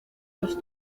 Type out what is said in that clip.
los